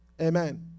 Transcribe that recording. Amen